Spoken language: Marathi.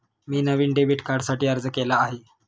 मी नवीन डेबिट कार्डसाठी अर्ज केला आहे